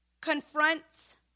confronts